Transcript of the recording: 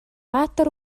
баатар